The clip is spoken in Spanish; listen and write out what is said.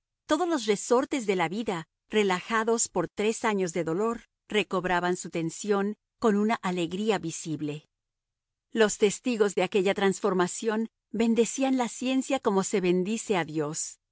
todos los resortes de la vida relajados por tres años de dolor recobraban su tensión con una alegría visible los testigos de aquella transformación bendecían la ciencia como se bendice a dios